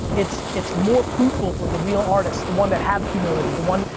it's it's more fruitful for the real artists, the one that have humility, the one,